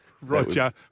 Roger